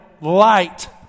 light